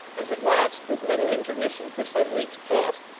and had watched with little intermission for some weeks past,